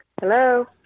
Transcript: Hello